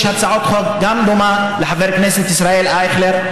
יש הצעת חוק דומה גם לחבר הכנסת ישראל אייכלר,